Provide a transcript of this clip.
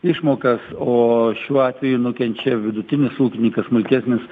išmokas o šiuo atveju nukenčia vidutinis ūkininkas smulkesnis